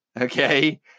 Okay